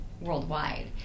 worldwide